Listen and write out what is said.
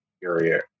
Period